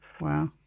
Wow